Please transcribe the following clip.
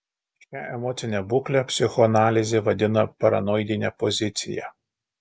šią emocinę būklę psichoanalizė vadina paranoidine pozicija